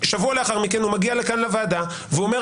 שבוע לאחר מכן הוא מגיע לכאן לוועדה ואומר